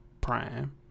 Prime